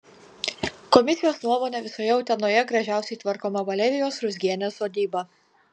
komisijos nuomone visoje utenoje gražiausiai tvarkoma valerijos ruzgienės sodyba